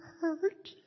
hurt